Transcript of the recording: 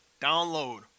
download